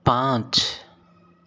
पाँच